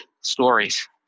stories